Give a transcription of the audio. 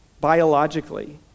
biologically